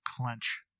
Clench